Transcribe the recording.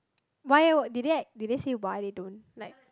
why eh did they did they say why they don't like